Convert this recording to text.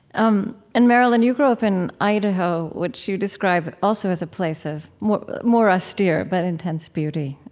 um and marilynne, you grew up in idaho, which you describe also as a place of more more austere but intense beauty.